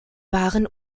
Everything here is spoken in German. waren